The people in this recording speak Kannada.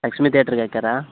ಲಕ್ಷ್ಮಿ ತಿಯೇಟ್ರಿಗೆ ಹಾಕ್ಯಾರ